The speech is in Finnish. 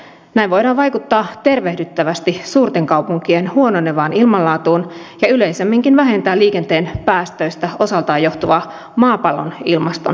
näin voidaan vaikuttaa tervehdyttävästi suurten kaupunkien huononevaan ilmanlaatuun ja yleisemminkin vähentää liikenteen päästöistä osaltaan johtuvaa maapallon ilmaston lämpenemistä